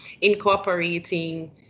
incorporating